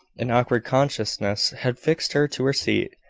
an awkward consciousness had fixed her to her seat.